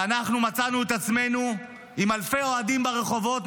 ואנחנו מצאנו את עצמנו עם אלפי אוהדים ברחובות,